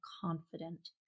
confident